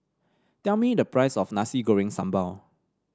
tell me the price of Nasi Goreng Sambal